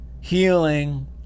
healing